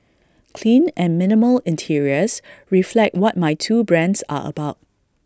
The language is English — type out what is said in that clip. clean and minimal interiors reflect what my two brands are about